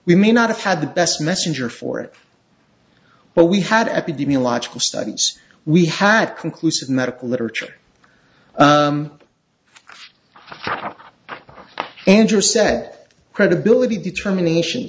we may not have had the best messenger for it but we had epidemiological studies we had conclusive medical literature and you're set credibility determination